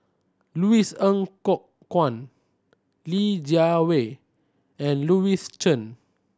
Louis Ng Kok Kwang Li Jiawei and Louis Chen